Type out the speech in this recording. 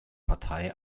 partei